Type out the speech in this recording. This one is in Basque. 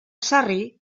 sarri